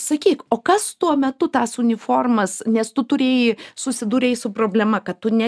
sakyk o kas tuo metu tas uniformas nes tu turėjai susidūrei su problema kad tu ne